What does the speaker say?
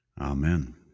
amen